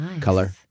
Color